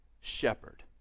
shepherd